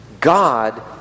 God